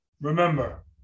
Remember